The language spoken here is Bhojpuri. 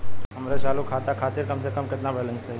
हमरे चालू खाता खातिर कम से कम केतना बैलैंस चाही?